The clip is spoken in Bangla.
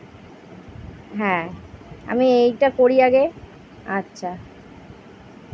হ্যাঁ আমি এইটা করি আগে আচ্ছা